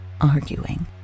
arguing